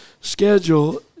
schedule